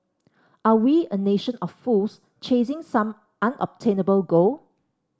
are we a nation of fools chasing some unobtainable goal